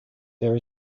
there